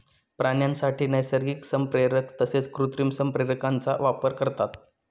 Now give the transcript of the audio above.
प्राण्यांसाठी नैसर्गिक संप्रेरक तसेच कृत्रिम संप्रेरकांचा वापर करतात